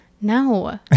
No